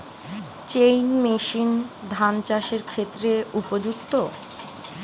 Chain machine ধান চাষের ক্ষেত্রে উপযুক্ত?